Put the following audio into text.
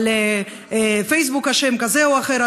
על "פייסבוק אשם" כזה או אחר.